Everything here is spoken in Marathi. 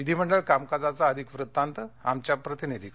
विधीमंडळ कामकाजाचा अधिक वृत्तांत आमच्या प्रतिनिधीकडून